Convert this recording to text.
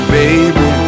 baby